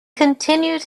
continued